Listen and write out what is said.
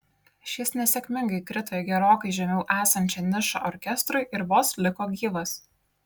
šis nesėkmingai krito į gerokai žemiau esančią nišą orkestrui ir vos liko gyvas